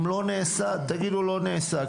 אם לא נעשה תגידו לא נעשה,